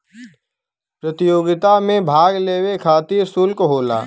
प्रतियोगिता मे भाग लेवे खतिर सुल्क होला